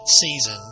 season